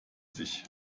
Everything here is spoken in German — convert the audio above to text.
sich